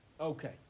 Okay